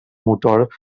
motor